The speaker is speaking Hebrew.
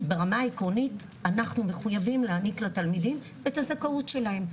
ברמה העקרונית אנחנו מחויבים לתת לתלמידים את הזכאות שלהם,